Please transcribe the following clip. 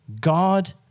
God